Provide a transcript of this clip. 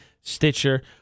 Stitcher